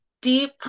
deep